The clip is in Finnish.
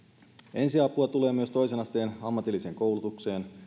ensiapua tulee myös toisen asteen ammatilliseen koulutukseen